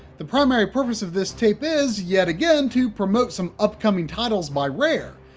the primary purpose of this tape is yet again to promote some upcoming titles by rare.